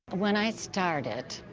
when i started,